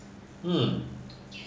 hmm